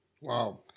Wow